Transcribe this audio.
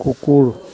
কুকুৰ